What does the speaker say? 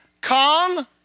Come